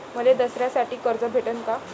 मले दसऱ्यासाठी कर्ज भेटन का?